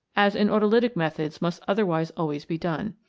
as in auto lytical methods must otherwise always be done.